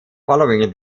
following